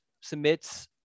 submits